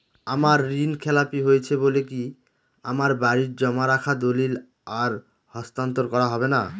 আমার ঋণ খেলাপি হয়েছে বলে কি আমার বাড়ির জমা রাখা দলিল আর হস্তান্তর করা হবে না?